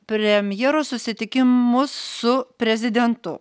premjero susitikimus su prezidentu